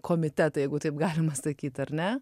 komitetą jeigu taip galima sakyt ar ne